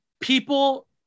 People